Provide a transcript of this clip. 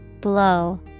Blow